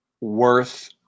worth